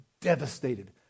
devastated